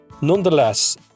nonetheless